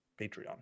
Patreon